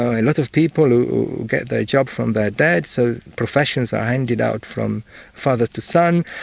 a lot of people who get their job from their dad, so professions are handed out from father to son,